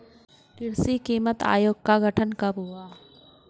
कृषि कीमत आयोग का गठन कब हुआ था?